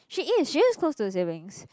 she is she is close to her siblings